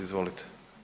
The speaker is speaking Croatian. Izvolite.